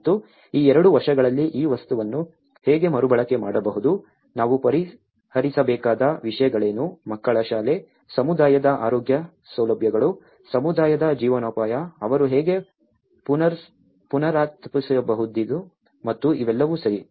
ಮತ್ತು ಈ ಎರಡು ವರ್ಷಗಳಲ್ಲಿ ಈ ವಸ್ತುವನ್ನು ಹೇಗೆ ಮರುಬಳಕೆ ಮಾಡಬಹುದು ನಾವು ಪರಿಹರಿಸಬೇಕಾದ ವಿಷಯಗಳೇನು ಮಕ್ಕಳ ಶಾಲೆ ಸಮುದಾಯದ ಆರೋಗ್ಯ ಸೌಲಭ್ಯಗಳು ಸಮುದಾಯದ ಜೀವನೋಪಾಯ ಅವರು ಹೇಗೆ ಪುನರುತ್ಪಾದಿಸಬಹುದು ಮತ್ತು ಇವೆಲ್ಲವೂ ಸರಿ